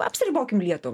apsiribokim lietuva